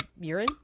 Urine